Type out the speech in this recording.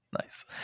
Nice